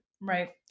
Right